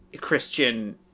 Christian